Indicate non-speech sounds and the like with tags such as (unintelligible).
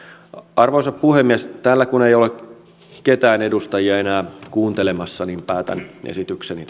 arvoisa puhemies täällä kun ei ole ketään edustajia enää kuuntelemassa päätän esitykseni (unintelligible)